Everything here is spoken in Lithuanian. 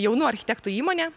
jaunų architektų įmonė